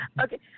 Okay